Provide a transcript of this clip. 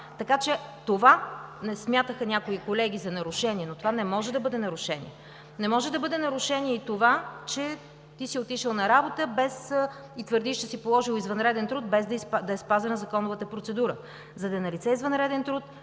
Някои колеги смятаха това за нарушение, но това не може да бъде нарушение. Не може да бъде нарушение и когато си отишъл на работа, да твърдиш, че си положил извънреден труд, без да е спазена законовата процедура. За да е налице извънреден труд,